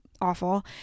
awful